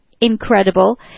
incredible